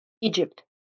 Egypt